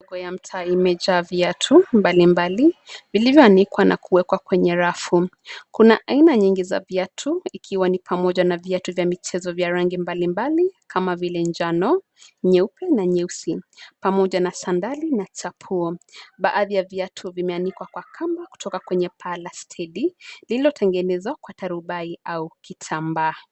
Soko ya mtaa imejaa viatu mbalimbali vilivyoanikwa na kuwekwa kwenye rafu. Kuna aina nyingi za viatu ikiwa ni pamoja na viatu vya michezo vya rangi mbalimbali kama vile njano, nyeupe na nyeusi, pamoja na sandali na chapuo. Baadhi ya viatu vimeanikwa kwa kamba kutoka kwenye paa la stedi lililotengenezwa kwa tarubai au kitambaa.